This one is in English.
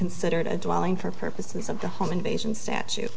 considered a dwelling for purposes of the home invasion statu